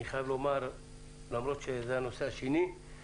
אני חייב לומר שלמרות שזה הנושא השני,